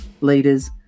leaders